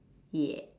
yeah